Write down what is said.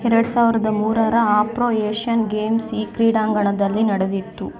ಎರ್ಡು ಸಾವಿರ್ದ ಮೂರರ ಆಫ್ರೋ ಏಷ್ಯನ್ ಗೇಮ್ಸ್ ಈ ಕ್ರೀಡಾಂಗಣದಲ್ಲಿ ನಡೆದಿತ್ತು